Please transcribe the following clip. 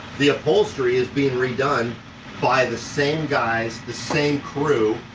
the upholstery is being redone by the same guys, the same crew.